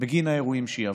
בגין האירועים שהיא עברה.